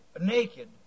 naked